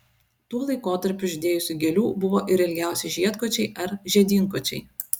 tuo laikotarpiu žydėjusių gėlių buvo ir ilgiausi žiedkočiai ar žiedynkočiai